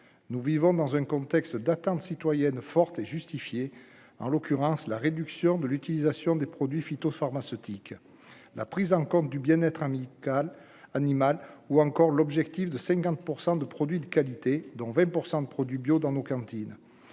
nous vivons dans un contexte d'atteinte citoyenne forte et justifiée en l'occurrence la réduction de l'utilisation des produits phytopharmaceutiques la prise en compte du bien-être amical animal ou encore l'objectif de 50 % de produits de qualité dont 20 % de produits bio dans nos cantines